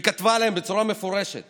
והיא כתבה להם בצורה מפורשת